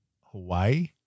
Hawaii